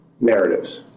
narratives